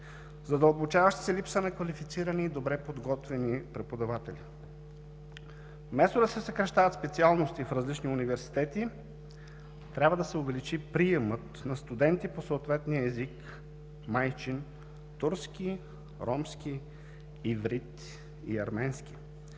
задълбочаваща се липса на квалифицирани и добре подготвени преподаватели. Вместо да се съкращават специалности в различни университети, трябва да се увеличи приемът на студенти по съответния майчин език – турски, ромски, иврит и арменски.